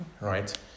Right